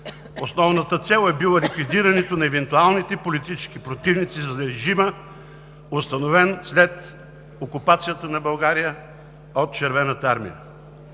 Основната цел е била ликвидирането на евентуалните политически противници на режима, установен след окупацията на България от Червената армия.